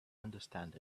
understand